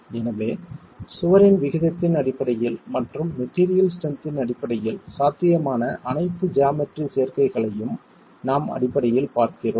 எனவே சுவரின் விகிதத்தின் அடிப்படையில் மற்றும் மெட்டீரியல் ஸ்ட்ரென்த்தின் அடிப்படையில் சாத்தியமான அனைத்து ஜாமெட்ரி சேர்க்கைகளையும் நாம் அடிப்படையில் பார்க்கிறோம்